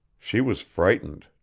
she was frightened,